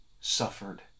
suffered